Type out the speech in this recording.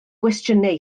gwestiynau